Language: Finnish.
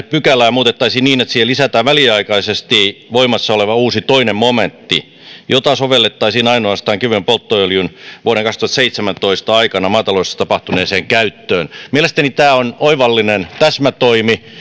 pykälää muutettaisiin niin että siihen lisätään väliaikaisesti voimassa oleva uusi toinen momentti jota sovellettaisiin ainoastaan vuoden kaksituhattaseitsemäntoista aikana maataloudessa tapahtuneeseen kevyen polttoöljyn käyttöön mielestäni tämä on oivallinen täsmätoimi